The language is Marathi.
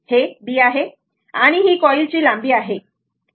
हे B आहे बरोबर आणि ही कॉईलची लांबी आहे बरोबर